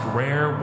rare